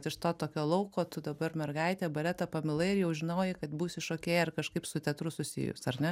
iš to tokio lauko tu dabar mergaitė baletą pamilai ir jau žinojai kad būsi šokėja ar kažkaip su teatru susijus ar ne